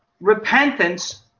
Repentance